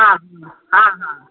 ହଁ ହଁ ହଁ ହଁ